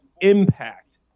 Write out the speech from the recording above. impact